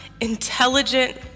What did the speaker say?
intelligent